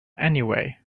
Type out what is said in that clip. anyway